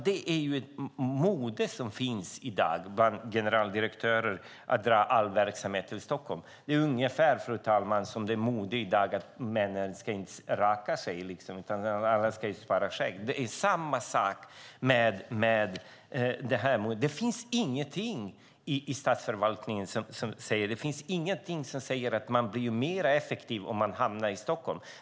Det råder ett mode bland dagens generaldirektörer att förlägga all verksamhet till Stockholm. Det är ungefär, fru talman, som att det är mode i dag att männen inte ska raka sig utan spara till skägg. Det är samma sak med detta mode. Det finns ingenting som säger att statsförvaltningen blir mer effektiv om den förläggs till Stockholm.